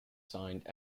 signed